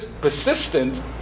persistent